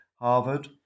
Harvard